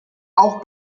auch